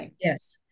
Yes